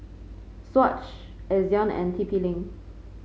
Swatch Ezion and T P Link